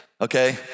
Okay